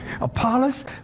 Apollos